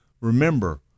Remember